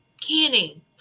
Canning